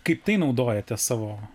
kaip tai naudojate savo